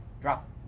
drop